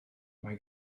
mae